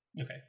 Okay